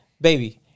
baby